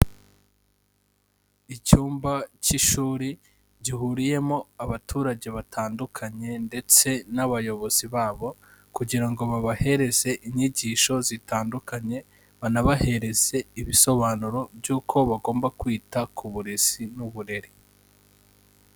Icyumba k'ishuri gihuriyemo abaturage batandukanye ndetse n'abayobozi babo kugira ngo babahereze inyigisho zitandukanye, banabahereze ibisobanuro by'uko bagomba kwita ku burezi n'uburere.